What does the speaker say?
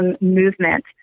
movement